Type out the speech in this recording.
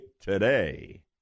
today